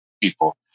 people